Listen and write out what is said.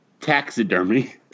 Taxidermy